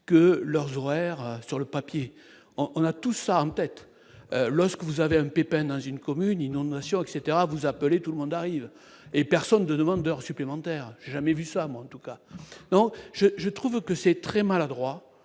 que leurs horaires sur le papier, on a tout ça en tête, lorsque vous avez un pépin dans une commune inondations etc vous appeler tout le monde arrive et personne de demandeurs supplémentaires jamais vu ça, moi en tout cas non je je trouve que c'est très maladroit,